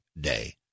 day